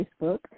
Facebook